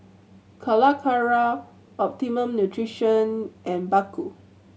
Calacara Optimum Nutrition and Baggu